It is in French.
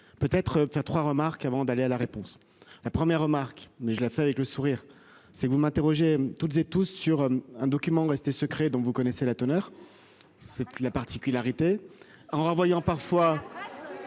Peut être faire 3 remarques avant d'aller à la réponse. La première remarque mais je la fais avec le sourire. Si vous m'interrogez, toutes et tous sur un document resté secret dont vous connaissez la teneur. C'est la particularité en renvoyant parfois.